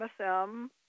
MSM